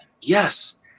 yes